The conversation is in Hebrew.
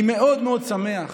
אני מאוד מאוד שמח